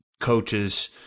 coaches